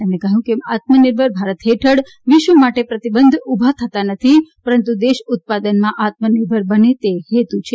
તેમણે કહ્યું કે આત્મનિર્ભર ભારત હેઠળ વિશ્વ માટે પ્રતિબંધ ઊભા થતા નથી પરંતુ દેશ ઉત્પાદનમાં આત્મનિર્ભર બને એ હેતુ છે